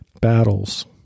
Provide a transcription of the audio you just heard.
battles